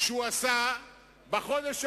שהוא עשה בחודש האחרון,